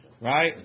right